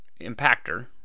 impactor